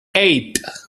eight